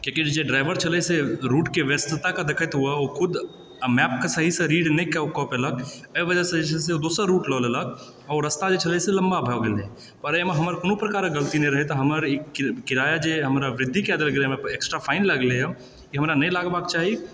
किएकि जे ड्राइवर छलै से रूटके व्यस्तता कऽ देखैत ओ खुद आ मैप कऽ सहीसँ रीड नहि कऽ पएलक एहि वजहसँ दोसर रूट लऽ लेलक आओर रस्ता जे छै से लम्बा भए गेलै आओर एहिमे हमर कोनो प्रकारक गलती नहि रहै तऽ हमर ई कि किराया जे हमरा वृत्ति कए देल गेलै हमरा एक्स्ट्रा फाइन लगलै हँ ई हमरा नहि लागबाक चाही